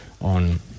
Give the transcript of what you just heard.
on